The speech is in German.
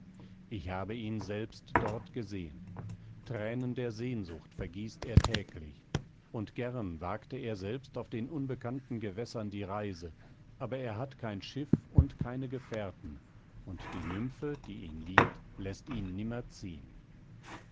ich habe ihn selbst dort gesehen thränen der sehnsucht vergießt er täglich und gern wagte er selbst auf den unbekannten gewässern die reise aber er hat kein schiff und keine gefährten und die nymphe die ihn liebt läßt ihn nimmer